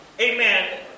Amen